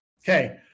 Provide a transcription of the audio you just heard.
Okay